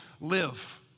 live